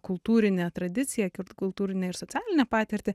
kultūrinę tradiciją kultūrinę ir socialinę patirtį